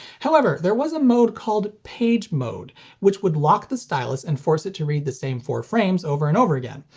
however, there was a mode called page mode which would lock the stylus and force it to read the same four frames over and over again,